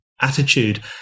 attitude